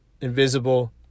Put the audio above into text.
invisible